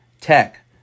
tech